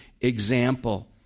example